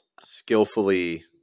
skillfully